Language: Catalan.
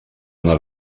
una